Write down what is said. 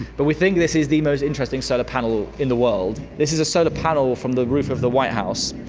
but we think this is the most interesting solar panel in the world. this is a solar panel from the roof of the white house,